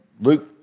Luke